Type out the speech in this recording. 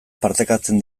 partekatzen